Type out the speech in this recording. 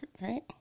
right